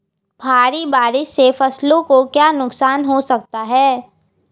भारी बारिश से फसलों को क्या नुकसान हो सकता है?